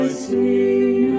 see